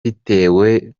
bitewe